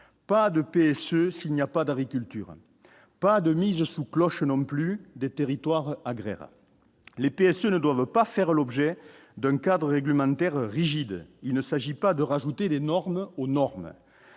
paix, ceux-ci n'y a pas d'agriculture, pas de mise sous cloche, non plus des territoires agraire. Le PS ne doivent pas faire l'objet d'un cadre réglementaire rigide, il ne s'agit pas de rajouter des normes aux normes